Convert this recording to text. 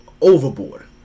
overboard